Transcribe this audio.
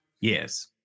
Yes